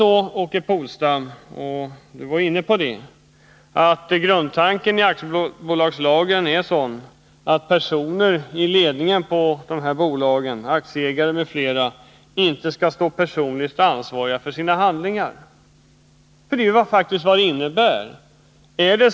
Åke Polstam var inne på att grundtanken i aktiebolagslagen är den att personer i ledningen för bolag — aktieägare m.fl. — inte skall stå personligt ansvariga för sina handlingar. Det är faktiskt vad det innebär.